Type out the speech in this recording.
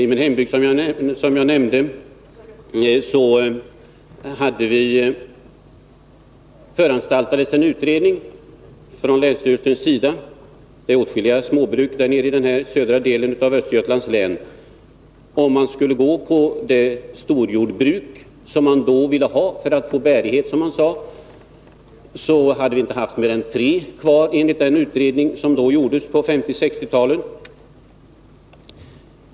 I min hembygd föranstaltades, som jag nämnde, om en utredning av länsstyrelsen. Det finns åtskilliga småbruk i den södra delen av Östergötlands län, och om man skulle ha genomfört de storjordbruk man då ville ha för att få bärighet, som man sade, hade vi — enligt denna utredning som gjordes någon gång på 1950 och 1960-talen — inte haft mer än tre jordbruk kvar.